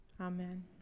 Amen